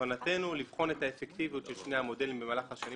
ובכוונתנו לבחון את האפקטיביות של שני המודלים במהלך השנים